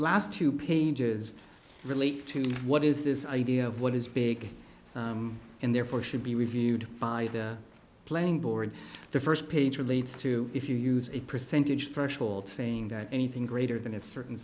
last two pages relate to what is this idea of what is big and therefore should be reviewed by the playing board the first page relates to if you use a percentage threshold saying that anything greater than a certain